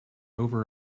over